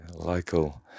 local